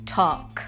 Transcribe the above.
talk